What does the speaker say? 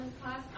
class